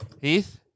Heath